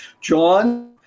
John